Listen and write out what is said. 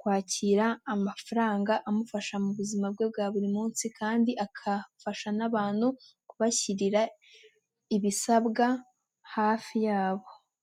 kwakira amafaranga amufasha muzima bwe bwa buri munsi kandi agafasha n'abantu kubashyirira ibisabwa hafi yabo.